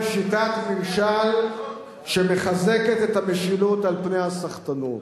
עם שיטת ממשל שמחזקת את המשילות על פני הסחטנות.